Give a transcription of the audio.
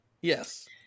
Yes